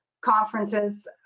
conferences